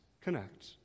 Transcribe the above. connect